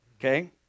Okay